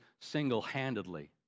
single-handedly